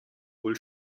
wohl